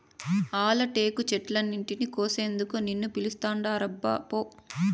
ఆల టేకు చెట్లన్నింటినీ కోసేందుకు నిన్ను పిలుస్తాండారబ్బా పో